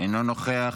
אינו נוכח,